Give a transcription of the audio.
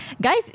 Guys